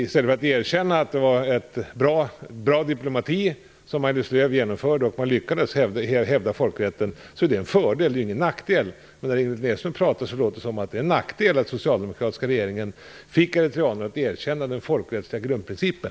I stället för att erkänna att Maj-Lis Lööw bedrev en bra diplomati - det är en fördel och ingen nackdel att man lyckades hävda folkrätten - låter det när Ingrid Näslund pratar som om det är en nackdel att den socialdemokratiska regeringen fick eritreanerna att erkänna den folkrättsliga grundprincipen.